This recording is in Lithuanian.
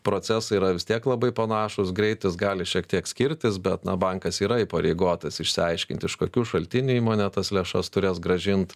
procesai yra vis tiek labai panašūs greitis gali šiek tiek skirtis bet na bankas yra įpareigotas išsiaiškint iš kokių šaltinių įmonė tas lėšas turės grąžint